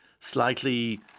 slightly